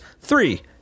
Three